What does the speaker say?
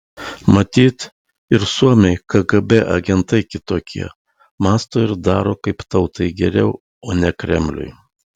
matyt ir suomiai kgb agentai kitokie mąsto ir daro kaip tautai geriau o ne kremliui